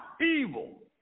evil